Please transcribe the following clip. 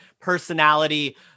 personality